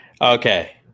Okay